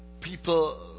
people